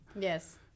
yes